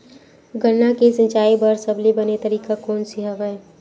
गन्ना के सिंचाई बर सबले बने तरीका कोन से हवय?